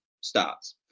starts